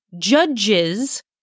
judges